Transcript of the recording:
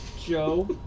Joe